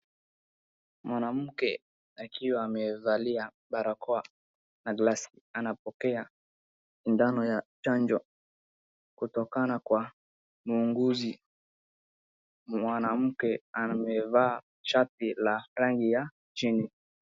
Mwanamke akiwa amevalia barakoa na glasi anapokea sindano ya chanjo kutokana kwa muuguzi. Mwanamke amevaa shati la rangi ya chini.